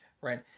right